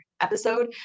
episode